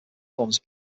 forms